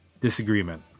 disagreement